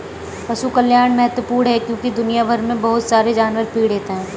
पशु कल्याण महत्वपूर्ण है क्योंकि दुनिया भर में बहुत सारे जानवर पीड़ित हैं